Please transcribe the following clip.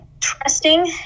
trusting